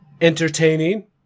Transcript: entertaining